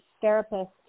therapist